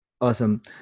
Awesome